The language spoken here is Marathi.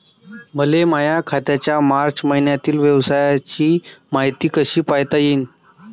मले माया खात्याच्या मार्च मईन्यातील व्यवहाराची मायती कशी पायता येईन?